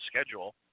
schedule